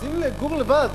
רוצים לגור לבד,